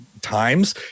times